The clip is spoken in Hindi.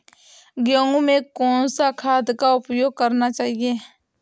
गेहूँ में कौन सा खाद का उपयोग करना चाहिए?